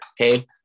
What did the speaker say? okay